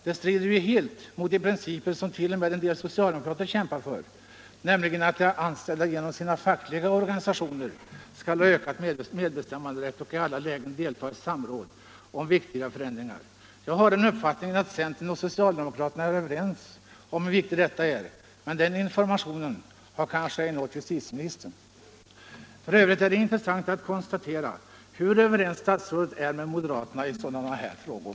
Det strider ju helt mot de principer som t.o.m. en del socialdemokrater kämpar för, nämligen att de anställda genom sina fackliga organisationer skall ha ökad medbestämmanderätt och i alla lägen delta i samråd om viktiga förändringar. Jag har den uppfattningen att centern och socialdemokraterna är överens om hur viktigt detta är, men den informationen har kanske inte nått justitieministern. F. ö. är det intressant att konstatera hur överens statsrådet är med moderaterna i sådana här frågor.